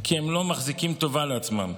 כי הם לא מחזיקים טובה לעצמם.